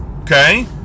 okay